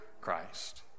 Christ